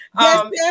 yes